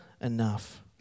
enough